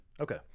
Okay